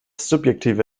subjektive